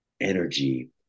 energy